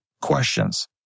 questions